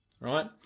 right